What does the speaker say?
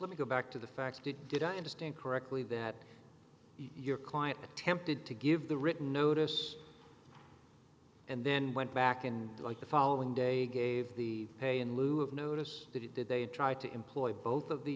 let me go back to the facts did did i understand correctly that your client attempted to give the written notice and then went back and like the following day gave the pay in lieu of notice that it did they try to employ both of the